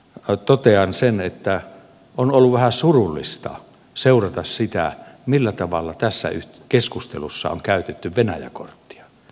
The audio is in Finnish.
lopuksi totean sen että on ollut vähän surullista seurata sitä millä tavalla tässä keskustelussa on käytetty venäjä korttia